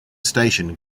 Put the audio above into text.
station